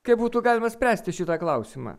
kaip būtų galima spręsti šitą klausimą